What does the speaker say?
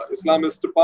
Islamist